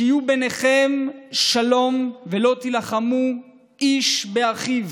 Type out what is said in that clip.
שיהיה ביניכם שלום ולא תילחמו איש באחיו.